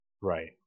Right